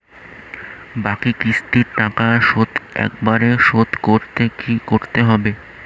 বাকি কিস্তির টাকা শোধ একবারে শোধ করতে কি করতে হবে?